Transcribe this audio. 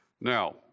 Now